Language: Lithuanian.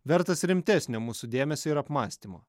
vertas rimtesnio mūsų dėmesio ir apmąstymo